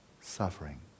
Suffering